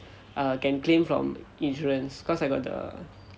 err can claim from insurance cause I got the